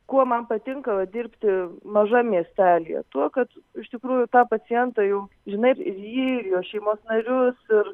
kuo man patinka dirbti mažam miestelyje tuo kad iš tikrųjų tą pacientą jau žinai ir jį ir jo šeimos narius ir